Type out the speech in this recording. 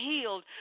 healed